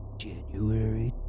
January